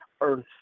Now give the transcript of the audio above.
earth